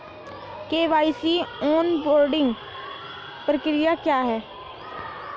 KYC onboarding प्रक्रिया क्या है?